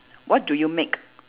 what do you make